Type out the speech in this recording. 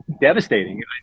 devastating